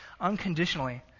unconditionally